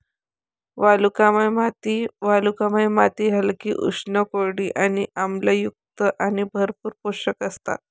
वालुकामय माती वालुकामय माती हलकी, उष्ण, कोरडी आणि आम्लयुक्त आणि भरपूर पोषक असतात